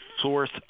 source